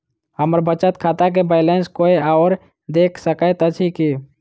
हम्मर बचत खाता केँ बैलेंस कोय आओर देख सकैत अछि की